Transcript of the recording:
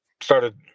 started